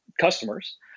customers